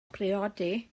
briodi